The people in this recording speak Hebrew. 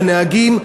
לנהגים,